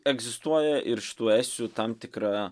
egzistuoja ir šitų esių tam tikra